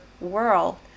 world